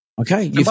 Okay